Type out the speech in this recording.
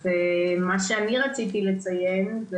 אז מה שאני רציתי לציין,